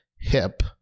Hip